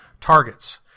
Targets